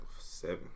seven